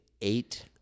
Eight